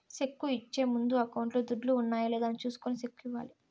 cheque ఇచ్చే ముందు అకౌంట్లో దుడ్లు ఉన్నాయా లేదా అని చూసుకొని సెక్కు ఇవ్వాలి